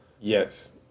Yes